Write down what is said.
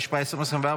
התשפ"ה 2024,